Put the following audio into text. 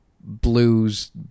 blues